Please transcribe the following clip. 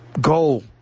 goal